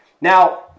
Now